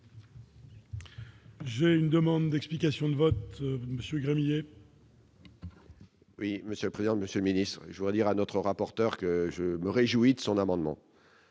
J'ai une demande d'explication de vote Monsieur Gremillet. Oui, monsieur le président, Monsieur le Ministre, je voudrais dire à notre rapporteur, que je me réjouis de son amendement.